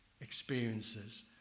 experiences